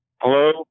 Hello